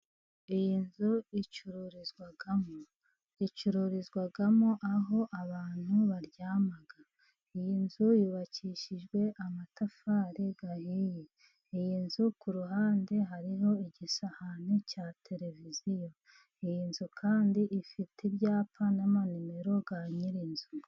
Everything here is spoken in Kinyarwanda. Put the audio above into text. Iyi nzu icururizwamo; ricururizwamo aho abantu baryama, iyi nzu yubakishijwe amatafari ahiye, iyi nzu ku ruhande hariho igisahane cya tereviziyo. Iyi nzu kandi ifite ibyapa n'amanimero ya nyir'inzu.